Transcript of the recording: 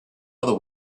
other